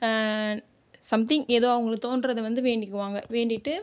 something ஏதோ அவங்களுக்கு தோன்றதை வந்து வேண்டிக்குவாங்க வேண்டிட்டு